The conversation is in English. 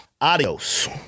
Adios